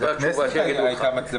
כעדכונן מזמן